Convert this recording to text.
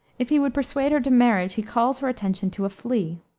if he would persuade her to marriage he calls her attention to a flea